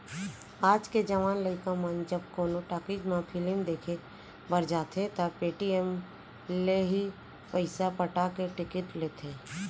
आज के जवान लइका मन जब कोनो टाकिज म फिलिम देखे बर जाथें त पेटीएम ले ही पइसा पटा के टिकिट लेथें